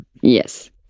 Yes